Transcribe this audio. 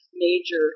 Major